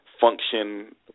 function